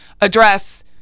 address